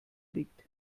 liegt